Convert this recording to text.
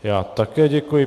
Já také děkuji.